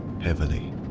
heavily